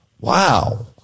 Wow